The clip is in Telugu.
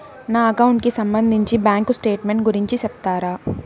నా అకౌంట్ కి సంబంధించి బ్యాంకు స్టేట్మెంట్ గురించి సెప్తారా